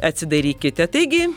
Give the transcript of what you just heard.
atsidarykite taigi